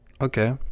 Okay